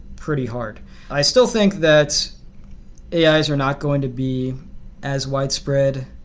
pretty hard i still think that yeah ais are not going to be as widespread.